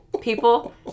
People